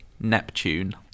Neptune